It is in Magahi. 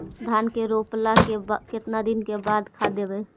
धान के रोपला के केतना दिन के बाद खाद देबै?